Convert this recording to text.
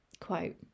quote